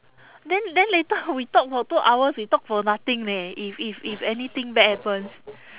then then later we talk for two hours we talk for nothing leh if if if anything bad happens